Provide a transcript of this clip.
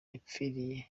yapfiriye